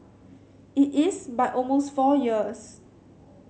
it is by almost four years